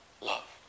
love